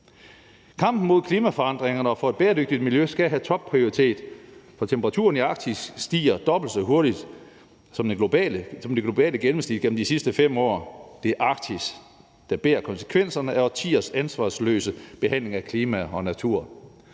Kampen mod klimaforandringerne og for et bæredygtigt miljø skal have topprioritet, for temperaturen i Arktis stiger dobbelt så hurtigt som det globale gennemsnit gennem de sidste 5 år. Det er Arktis, der bærer konsekvenserne af årtiers ansvarsløse behandling af klimaet og naturen.